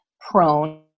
prone